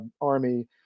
Army